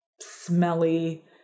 smelly